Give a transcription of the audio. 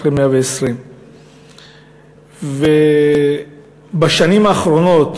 אחרי 120. בשנים האחרונות,